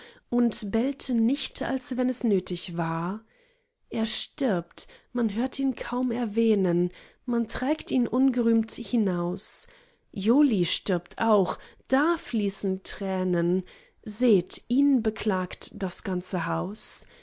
und bellte nicht als wenn es nötig war er stirbt man hört ihn kaum erwähnen man trägt ihn ungerühmt hinaus joli stirbt auch da fließen tränen seht ihn beklagt das ganze haus